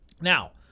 now